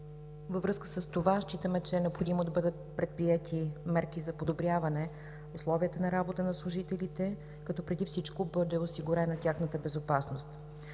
във връзка с това, смятаме, че е необходимо да бъдат предприети мерки за подобряване условията на работа на служителите, като преди всички бъде осигурена тяхната безопасност.